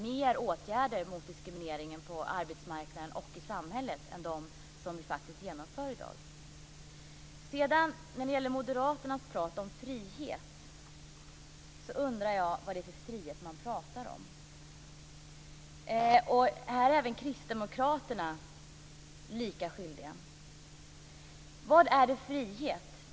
Det behövs fler åtgärder mot diskrimineringen på arbetsmarknaden och i samhället än de som vi faktiskt genomför i dag. När det gäller moderaternas prat om frihet undrar jag vad det är för frihet man pratar om. Här är kristdemokraterna lika skyldiga. Vad är frihet?